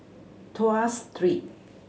Tuas Street